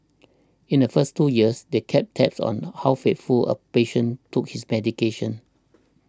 in the first two years they kept tabs on how faithfully a patient took his medication